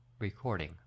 Recording